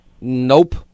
Nope